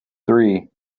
three